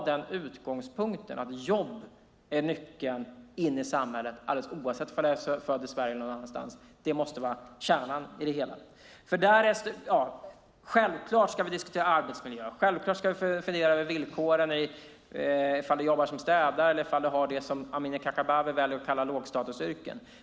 Men utgångspunkten att jobb är nyckeln in i samhället, alldeles oavsett om man är född i Sverige eller någon annanstans, måste vara kärnan i det hela. Självklart ska vi diskutera arbetsmiljö. Självklart ska vi fundera över villkoren för att jobba som städare eller ha det som Amineh Kakabaveh väljer att kalla lågstatusyrken.